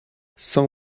cent